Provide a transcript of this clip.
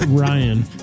Ryan